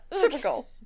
Typical